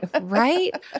right